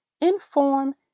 inform